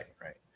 right